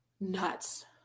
Nuts